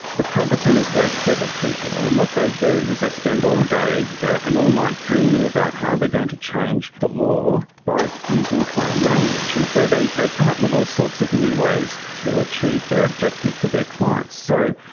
the patent attorneys are very clever people, and what they do is they spend all day and all night dreaming about how they're going to change the law by using claim language, and so they they come up with all sorts of new ways to achieve their objective for their clients. so,